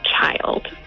child